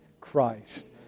Christ